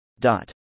Dot